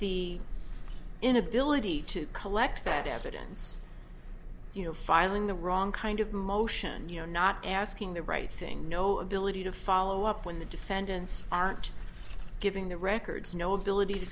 the inability to collect that evidence you know filing the wrong kind of motion you're not asking the right thing no ability to follow up when the defendants aren't giving the records no ability to